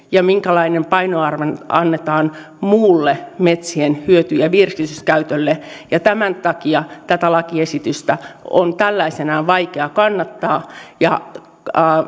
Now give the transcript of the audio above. ja minkälainen painoarvo annetaan muulle metsien hyöty ja virkistyskäytölle tämän takia lakiesitystä on tällaisenaan vaikea kannattaa ja